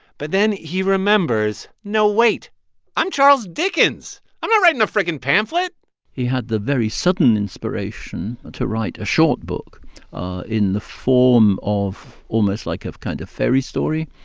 but then he remembers, no, wait i'm charles dickens. i'm not writing a freaking pamphlet he had the very sudden inspiration to write a short book in the form of almost like a kind of fairy story.